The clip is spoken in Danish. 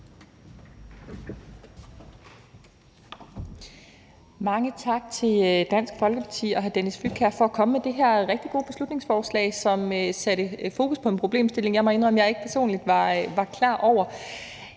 Mange tak til Dansk Folkeparti og hr. Dennis Flydtkjær for at komme med det her rigtig gode beslutningsforslag, som sætter fokus på en problemstilling, som jeg må indrømme jeg personligt ikke var klar over.